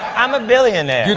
i'm a billionaire.